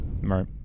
Right